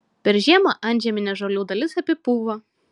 per žiemą antžeminė žolių dalis apipūva